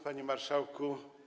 Panie Marszałku!